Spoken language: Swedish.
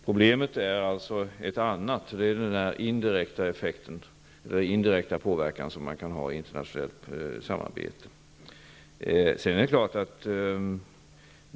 Problemet är alltså den indirekta effekten och den påverkan som kan finnas i internationellt samarbete.